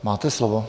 Máte slovo.